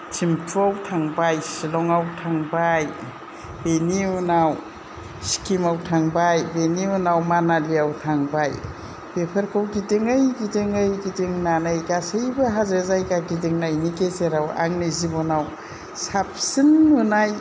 थिम्फुआव थांबाय शिलंआव थांबाय बेनि उनाव सिक्किमाव थांबाय बेनि उनाव मानालियाव थांबाय बेफोरखौ गिदिंयै गिदिंयै गिदिंनानै गासैबो हाजो जायगा गिदिंनायनि गेजेराव आंनि जिबनाव साबसिन नुनाय